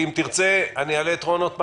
ואם תרצה אעלה את רון חולדאי עוד פעם,